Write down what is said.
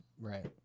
Right